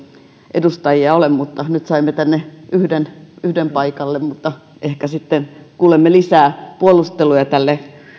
edustajia ole nyt saimme tänne yhden yhden paikalle joten ehkä sitten kuulemme lisää puolusteluja tälle